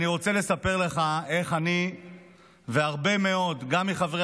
אני רוצה לספר לך איך אני והרבה מאוד גם מחברי